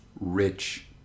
rich